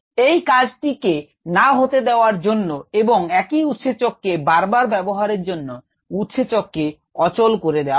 এই কাজটিকে না হতে দেওয়ার জন্য এবং একই উৎসেচক কে বারবার ব্যবহারের জন্য উৎসেচক কে অচল করে দেওয়া হয়